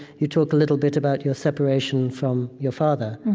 you talk a little bit about your separation from your father.